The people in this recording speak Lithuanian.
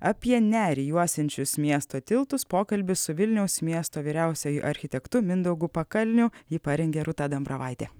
apie nerį juosiančius miesto tiltus pokalbis su vilniaus miesto vyriausiuoju architektu mindaugu pakalniu ji parengė rūta dambravaitė